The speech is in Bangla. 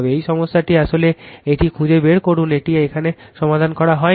এই সমস্যাটি আসলে এটি খুঁজে বের করুন এটি এখানে সমাধান করা হয়নি